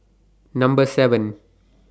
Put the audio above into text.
Number seven